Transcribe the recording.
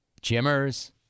Jimmers